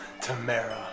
Tamara